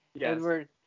Edward